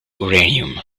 uranium